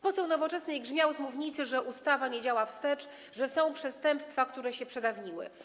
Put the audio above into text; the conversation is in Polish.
Poseł Nowoczesnej grzmiał z mównicy, że ustawa nie działa wstecz, że są przestępstwa, które się przedawniły.